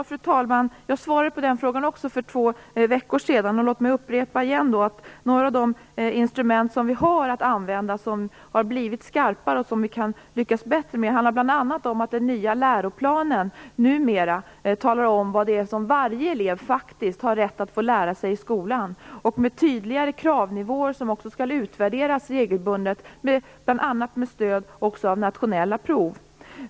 Fru talman! Jag svarade också på den frågan för två veckor sedan. Låt mig upprepa att några av de instrument som vi kan använda har blivit skarpare, vilket gör att vi kan lyckas bättre med detta arbete. Det handlar bl.a. om att den nya läroplanen numera talar om vad varje elev faktiskt har rätt att få lära sig i skolan. I läroplanen anges tydligare kravnivåer, som också skall utvärderas regelbundet, bl.a. med stöd av nationella prov.